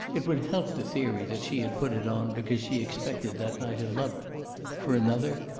it would help the theory that she had put it on because she expected that night a lover for another,